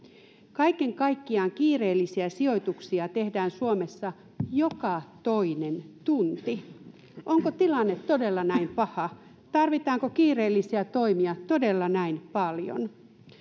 kaiken kaikkiaan kiireellisiä sijoituksia tehdään suomessa joka toinen tunti onko tilanne todella näin paha tarvitaanko kiireellisiä toimia todella näin paljon